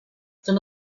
some